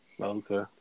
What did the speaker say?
Okay